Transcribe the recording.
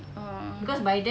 oh